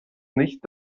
nicht